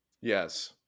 Yes